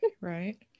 Right